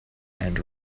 and